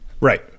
Right